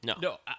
No